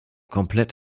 komplett